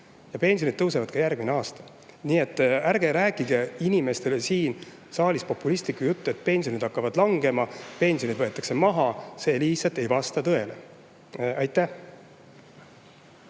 ja pensionid tõusevad ka järgmisel aastal. Nii et ärge rääkige inimestele siin saalis populistlikku juttu, et pensionid hakkavad langema, et pensioneid võetakse maha. See lihtsalt ei vasta tõele. Suur